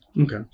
Okay